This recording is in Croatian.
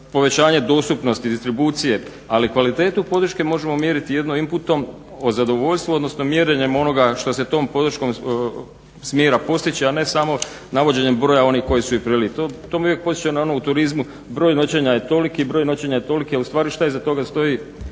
povećanje dostupnosti, distribucije. Ali kvalitetu podrške možemo mjeriti jedino imputom o zadovoljstvu, odnosno mjerenjem onoga što se tom podrškom smjera postići, a ne samo navođenjem broja onih koji su i primili. To me uvijek podsjeća na ono u turizmu broj noćenja je toliki, broj noćenja je toliki, a u stvari šta iza toga stoji